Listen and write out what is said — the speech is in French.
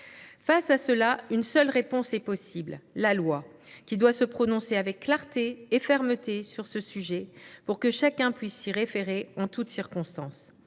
situation, une seule réponse est possible : la loi, qui doit se prononcer avec clarté et fermeté sur ce sujet pour que chacun puisse s’y référer en toutes circonstances.